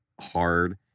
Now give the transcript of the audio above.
hard